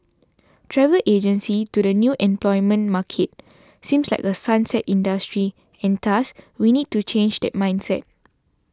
travel agencies to the new employment market seem like a 'sunset' industry and thus we need to change that mindset